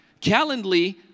Calendly